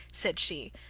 said she,